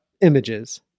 images